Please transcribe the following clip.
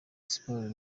sports